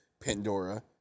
Pandora